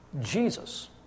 Jesus